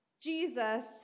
Jesus